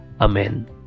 Amen